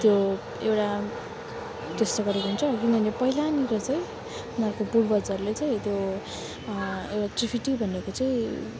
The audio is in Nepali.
त्यो एउटा त्यस्तो गरेको हुन्छ पहिलानिर चाहिँ उनीहरूको पूर्वजहरूले चाहिँ त्यो एउटा टी फिटी भन्नेको चाहिँ